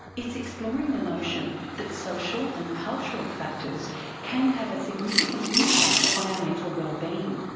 it's exploring the notion that social and cultural factors can have a significant impact on our mental wellbeing.